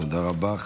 תודה רבה.